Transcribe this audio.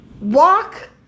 Walk